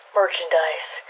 merchandise